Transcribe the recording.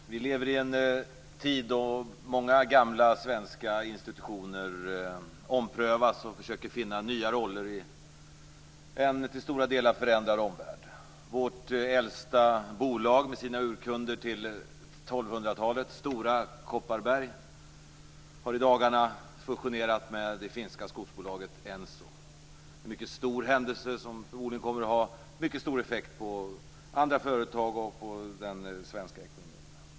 Fru talman! Vi lever i en tid då många gamla svenska institutioner omprövas och försöker finna nya roller i en till stora delar förändrad omvärld. Vårt äldsta bolag Stora Kopparberg, som har urkunder till 1200-talet, har i dagarna fusionerat med det finska skogsbolaget Enso. Det är en mycket stor händelse, som förmodligen kommer att ha mycket stor effekt på andra företag och på den svenska ekonomin.